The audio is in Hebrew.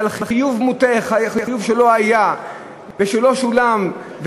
על חיוב מוטעה שלא היה ושלא שולם,